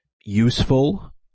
useful